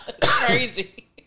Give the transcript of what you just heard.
crazy